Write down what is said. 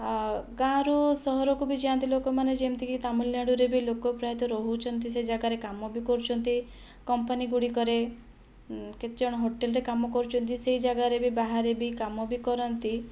ଆଉ ଗାଁରୁ ସହରକୁ ବି ଯାଆନ୍ତି ଲୋକମାନେ ଯେମିତିକି ତାମିଲନାଡ଼ୁରେ ବି ଲୋକ ପ୍ରାୟତଃ ରହୁଛନ୍ତି ସେ ଜାଗାରେ କାମ ବି କରୁଛନ୍ତି କମ୍ପାନୀ ଗୁଡ଼ିକରେ କେତେ ଜଣ ହୋଟେଲରେ କାମ କରୁଛନ୍ତି ସେଇ ଜାଗାରେ ବି ବାହାରେ ବି କାମ କରନ୍ତି